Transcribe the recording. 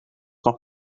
nog